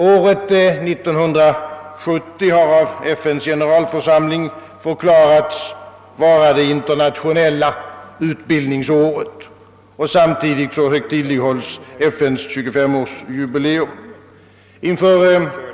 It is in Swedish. Året 1970 har av FN:s generalförsamling förklarats vara det internationella utbildningsåret, och samtidigt högtidlighålls FN:s 25-årsjubileum.